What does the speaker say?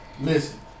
Listen